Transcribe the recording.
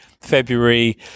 February